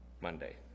Monday